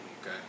Okay